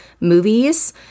movies